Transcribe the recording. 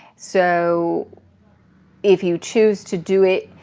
so if you choose to do it,